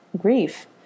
grief